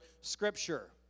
Scripture